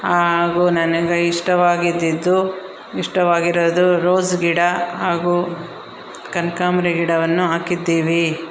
ಹಾಗೂ ನನಗೆ ಇಷ್ಟವಾಗಿದ್ದದ್ದು ಇಷ್ಟವಾಗಿರೋದು ರೋಸ್ ಗಿಡ ಹಾಗೂ ಕನಕಾಂಬ್ರ ಗಿಡವನ್ನು ಹಾಕಿದ್ದೀವಿ